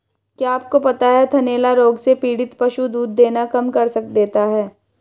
क्या आपको पता है थनैला रोग से पीड़ित पशु दूध देना कम कर देता है?